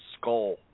skull